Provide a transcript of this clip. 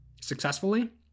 successfully